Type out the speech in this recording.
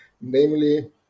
namely